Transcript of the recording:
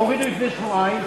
הורידו לפני שבועיים,